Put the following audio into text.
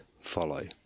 follow